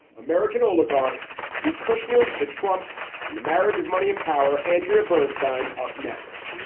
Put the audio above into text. american oligarch's the kushner's, the trumps and the marriage of money and power. andrea bernstine upnext